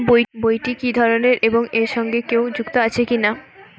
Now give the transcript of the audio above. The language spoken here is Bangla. বইটি কি ধরনের এবং এর সঙ্গে কেউ যুক্ত আছে কিনা?